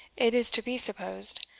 it is to be supposed,